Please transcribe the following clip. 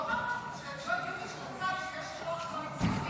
הוא אמר שלא הגיוני שלצד שיש כוח קואליציוני